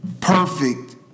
Perfect